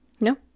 no